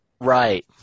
Right